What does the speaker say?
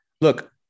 Look